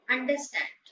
Understand